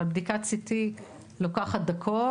אבל בדיקת CT לוקחת דקות,